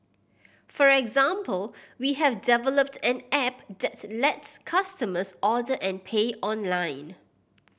for example we have developed an app that lets customers order and pay online